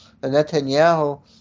Netanyahu